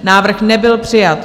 Návrh nebyl přijat.